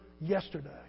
yesterday